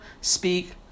Speak